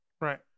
Right